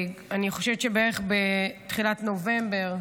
אני חושבת שבערך בתחילת נובמבר,